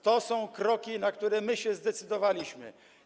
To są kroki, na które się zdecydowaliśmy.